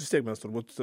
vis tiek mes turbūt